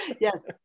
Yes